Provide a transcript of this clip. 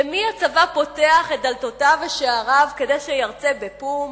למי הצבא פותח את דלתותיו ושעריו כדי שירצה בפו"ם,